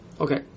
Okay